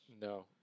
No